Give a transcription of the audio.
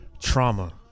Trauma